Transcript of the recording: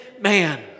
man